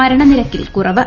മരണനിരക്കിൽ കുറവ്